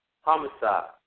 homicide